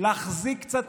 להחזיק קצת